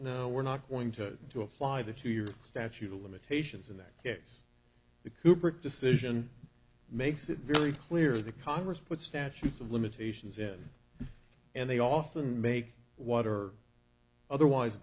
now we're not going to to apply the two year statute of limitations in that case the cooperage decision makes it very clear the congress put statutes of limitations in and they often make water or otherwise